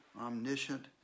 omniscient